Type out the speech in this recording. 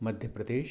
Madhya Pradesh